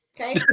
Okay